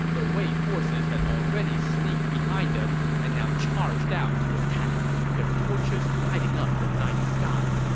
the wei forces had already sneaked behind them and now charged out to attack, their torches lighting up the night sky.